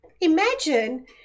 imagine